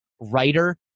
writer